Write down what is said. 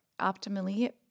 optimally